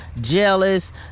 jealous